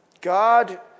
God